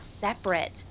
separate